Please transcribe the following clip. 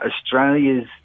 australia's